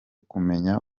kumenya